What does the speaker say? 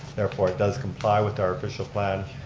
therefore it does comply with our official plan.